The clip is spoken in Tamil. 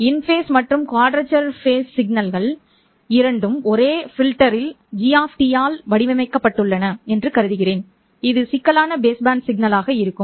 இன் ஃபேஸ் மற்றும் குவாட்ரேச்சர் சிக்னல்கள் இரண்டும் ஒரே வடிகட்டி g ஆல் வடிவமைக்கப்பட்டுள்ளன என்று கருதுகிறேன் இது சிக்கலான பேஸ்பேண்ட் சிக்னலாக இருக்கும்